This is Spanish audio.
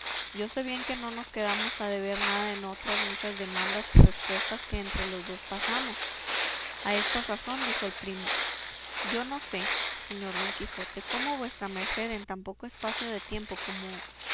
yo sé bien que no nos quedamos a deber nada en otras muchas demandas y respuestas que entre los dos pasamos a esta sazón dijo el primo yo no sé señor don quijote cómo vuestra merced en tan poco espacio de tiempo como